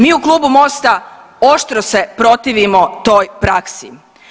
Mi u klubu Mosta oštro se protivimo toj praksi.